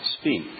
speak